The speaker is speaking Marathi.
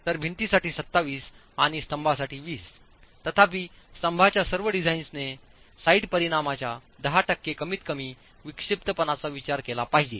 तर भिंतींसाठी 27 आणि स्तंभसाठी 20तथापि स्तंभांच्या सर्व डिझाईन्सने साइट परिमाणांच्या 10 टक्के कमीतकमी विक्षिप्तपणाचा विचार केला पाहिजे